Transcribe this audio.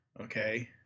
okay